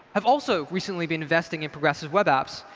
has also recently been investing in progressive web apps.